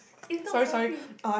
is not spicy